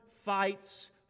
fights